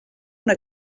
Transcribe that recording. una